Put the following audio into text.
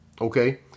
okay